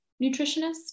nutritionist